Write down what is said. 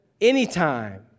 anytime